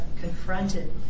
confronted